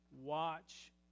watch